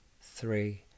three